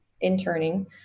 interning